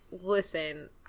listen